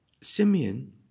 Simeon